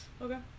Okay